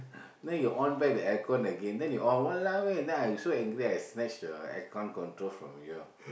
then you on back the air con again then you off !walao! eh then I so angry I snatch the air con control from you